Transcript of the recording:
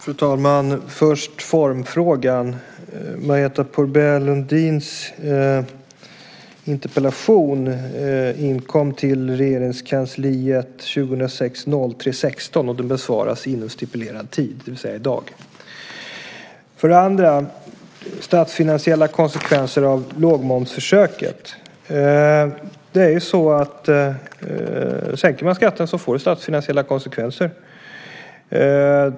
Fru talman! Först formfrågan. Marietta de Pourbaix-Lundins interpellation inkom till Regeringskansliet den 16 mars 2006 och den besvaras inom stipulerad tid, det vill säga i dag. När det gäller statsfinansiella konsekvenser av lågmomsförsöket är det så att sänker man skatten får det statsfinansiella konsekvenser.